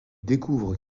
découvrent